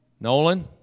Nolan